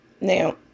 Now